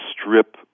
strip